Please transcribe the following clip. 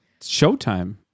Showtime